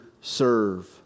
serve